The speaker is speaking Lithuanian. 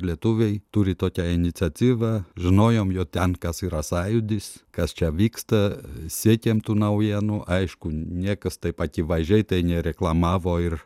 lietuviai turi tokią iniciatyvą žinojom jau ten kas yra sąjūdis kas čia vyksta siekėm tų naujienų aišku niekas taip akivaizdžiai tai nereklamavo ir